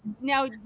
Now